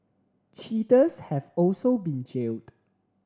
cheaters have also been jailed